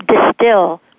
distill